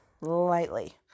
lightly